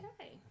Okay